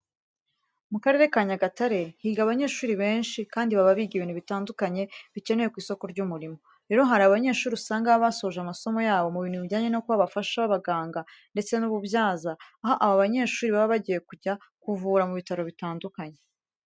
Mu Karere ka Nyagatare higa abanyeshuri benshi kandi baba biga ibintu bitandukanye bikenewe ku isoko ry'umurimo. Rero hari abanyeshuri usanga baba basoje amasomo yabo mu bintu bijyanye no kuba abafasha b'abaganga ndetse n'ububyaza, aho aba banyeshuri baba bagiye kujya kuvura mu bitaro bitandukanye.